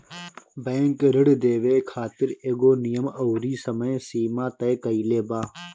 bank ऋण देवे खातिर एगो नियम अउरी समय सीमा तय कईले बा